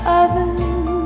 oven